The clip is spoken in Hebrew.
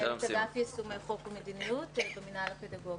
מנהלת אגף יישומי חוק ומדיניות במינהל הפדגוגי.